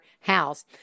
house